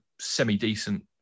semi-decent